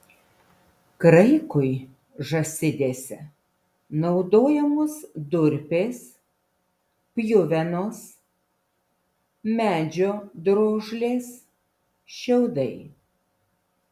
kraikui žąsidėse naudojamos durpės pjuvenos medžio drožlės šiaudai